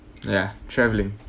yeah travelling